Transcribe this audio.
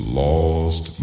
lost